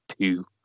two